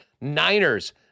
Niners